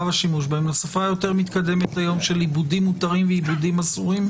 ושימוש בהם לשפה יותר מתקדמת היום של עיבודים מותרים ועיבודים אסורים?